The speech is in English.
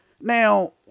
Now